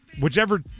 Whichever